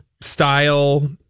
style